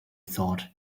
thought